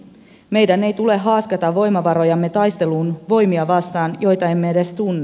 meidän ei tule haaskata voimavarojamme taisteluun voimia vastaan joita emme edes tunne